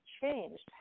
changed